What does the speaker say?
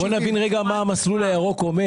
בוא נבין מה אומר המסלול הירוק.